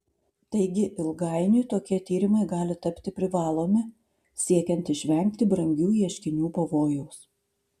taigi ilgainiui tokie tyrimai gali tapti privalomi siekiant išvengti brangių ieškinių pavojaus